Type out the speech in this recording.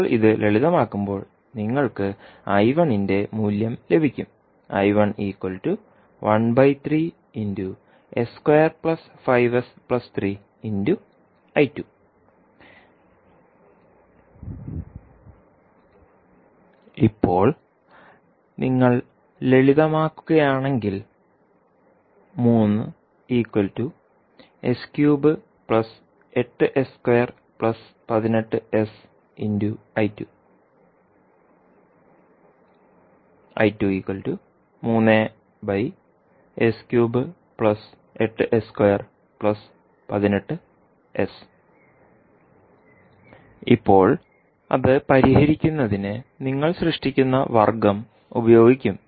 ഇപ്പോൾ ഇത് ലളിതമാക്കുമ്പോൾ നിങ്ങൾക്ക് ന്റെ മൂല്യം ലഭിക്കും ഇപ്പോൾ നിങ്ങൾ ലളിതമാക്കുകയാണെങ്കിൽ ഇപ്പോൾ അത് പരിഹരിക്കുന്നതിന് നിങ്ങൾ സൃഷ്ടിക്കുന്ന വർഗ്ഗം ഉപയോഗിക്കും